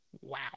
Wow